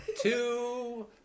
two